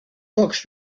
books